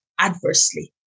adversely